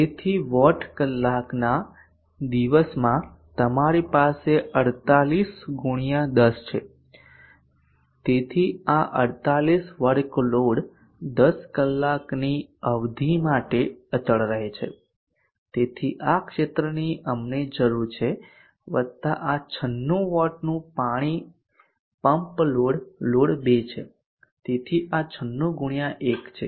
તેથી વોટ કલાકના દિવસમાં તમારી પાસે 48 x 10 છે તેથી આ 48 વર્કલોડ 10 કલાકની અવધિ માટે અચળ રહે છે તેથી આ ક્ષેત્રની અમને જરૂર છે વત્તા આ 96 વોટનું પાણી પમ્પ લોડ લોડ 2 છે તેથી આ 96 x 1 છે